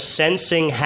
sensing